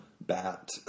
bat